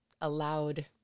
allowed